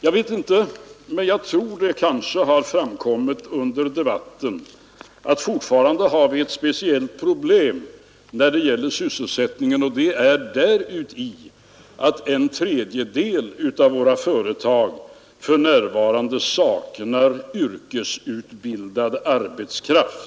Det har kanske framkommit under debatten att vi fortfarande har ett speciellt problem när det gäller sysselsättningen, nämligen att en tredjedel av våra företag för närvarande saknar yrkesutbildad arbetskraft.